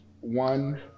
one